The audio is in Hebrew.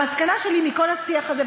המסקנה שלי מכל השיח הזה,